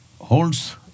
holds